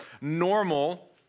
normal